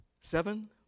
Seven